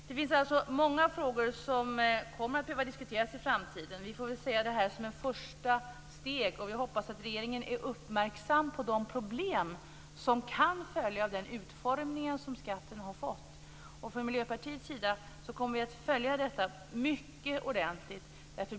Det finns alltså många frågor som kommer att behöva diskuteras i framtiden. Vi får väl se detta som ett första steg. Vi hoppas att regeringen är uppmärksam på de problem som kan följa av den utformning som skatten har fått. Från Miljöpartiets sida kommer vi att följa detta mycket ordentligt.